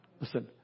Listen